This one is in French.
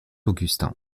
augustin